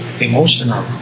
emotional